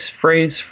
phrase